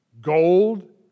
gold